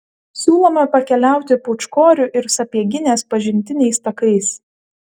siūlome pakeliauti pūčkorių ir sapieginės pažintiniais takais